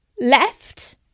left